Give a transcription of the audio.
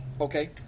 Okay